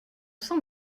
sang